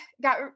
got